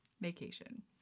vacation